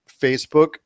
Facebook